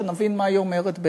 שנבין מה היא אומרת,